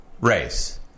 race